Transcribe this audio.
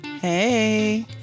Hey